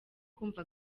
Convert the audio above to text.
kumva